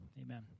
Amen